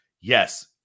yes